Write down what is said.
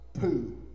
poo